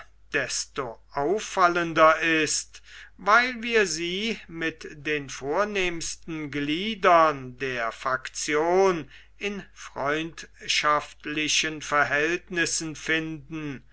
desto auffallender ist weil wir sie mit den vornehmsten gliedern der faktion in freundschaftlichen verhältnissen finden